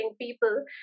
people